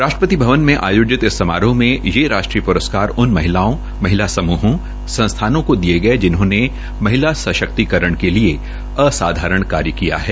राष्ट्रपति भवन में आयोजित हाल समारोह में ये राष्ट्रीय प्रस्कार उन महिलाओं महिला समूहों संस्थानों को दिये गये जिन्होंने महिला सशक्तिकरण के लिए असाधारण् कार्य किया है